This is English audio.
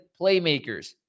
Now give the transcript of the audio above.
playmakers